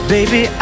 Baby